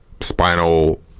spinal